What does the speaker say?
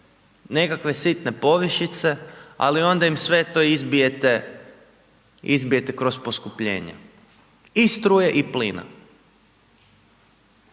nekakve sitne povišice, ali onda im sve to izbijete, izbijete kroz poskupljenja i struje i plina.